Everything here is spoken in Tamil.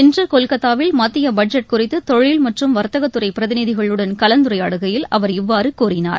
இன்று கொல்கத்தாவில் மத்திய பட்ஜெட் குறித்து தொழில் மற்றும் வர்த்தகத் துறை பிரதிநிதிகளுடன் கலந்துரையாடுகையில் அவர் இவ்வாறு கூறினார்